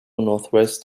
northwest